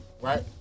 right